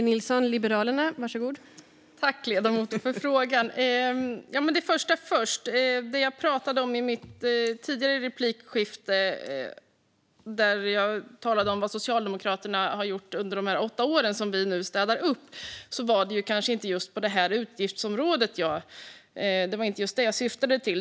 Fru talman! Tack, ledamoten, för frågan! Det första först: När jag i mitt tidigare replikskifte talade om vad Socialdemokraterna har gjort under de åtta åren som vi nu städar upp efter var det kanske inte just det här utgiftsområdet jag syftade på.